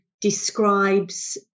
describes